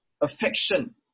affection